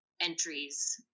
entries